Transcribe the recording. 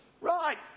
Right